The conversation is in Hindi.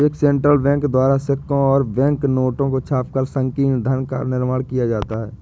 एक सेंट्रल बैंक द्वारा सिक्कों और बैंक नोटों को छापकर संकीर्ण धन का निर्माण किया जाता है